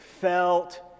felt